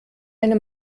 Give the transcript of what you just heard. eine